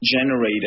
generated